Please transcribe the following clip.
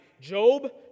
Job